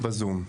בזום.